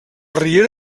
riera